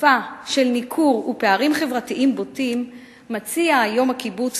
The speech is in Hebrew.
בתקופה של ניכור ופערים חברתיים בוטים מציע היום הקיבוץ